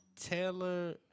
Taylor